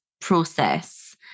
process